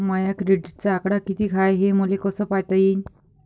माया क्रेडिटचा आकडा कितीक हाय हे मले कस पायता येईन?